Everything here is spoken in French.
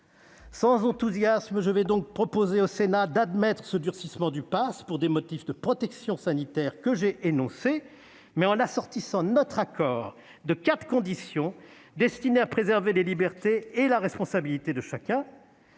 Sans enthousiasme, je vais donc proposer au Sénat d'admettre ce durcissement du passe pour les motifs de protection sanitaire que j'ai énoncés, mais en assortissant notre accord de quatre conditions destinées à préserver les libertés et la responsabilité de chacun.